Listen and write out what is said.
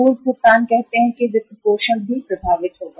पूर्व भुगतान कहते हैं कि वित्तपोषण भी प्रभावित होगा